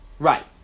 Right